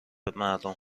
مردم